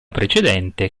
precedente